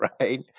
right